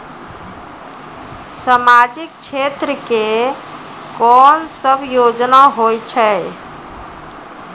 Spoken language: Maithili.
समाजिक क्षेत्र के कोन सब योजना होय छै?